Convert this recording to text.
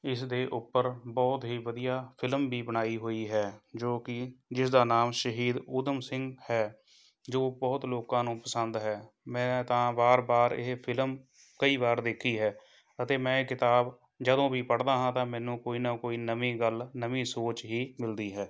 ਇਸ ਦੇ ਉੱਪਰ ਬਹੁਤ ਹੀ ਵਧੀਆ ਫਿਲਮ ਵੀ ਬਣਾਈ ਹੋਈ ਹੈ ਜੋ ਕਿ ਜਿਸ ਦਾ ਨਾਮ ਸ਼ਹੀਦ ਊਧਮ ਸਿੰਘ ਹੈ ਜੋ ਬਹੁਤ ਲੋਕਾਂ ਨੂੰ ਪਸੰਦ ਹੈ ਮੈਂ ਤਾਂ ਵਾਰ ਵਾਰ ਇਹ ਫਿਲਮ ਕਈ ਵਾਰ ਦੇਖੀ ਹੈ ਅਤੇ ਮੈਂ ਇਹ ਕਿਤਾਬ ਜਦੋਂ ਵੀ ਪੜ੍ਹਦਾ ਹਾਂ ਤਾਂ ਮੈਨੂੰ ਕੋਈ ਨਾ ਕੋਈ ਨਵੀਂ ਗੱਲ ਨਵੀਂ ਸੋਚ ਹੀ ਮਿਲਦੀ ਹੈ